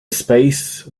space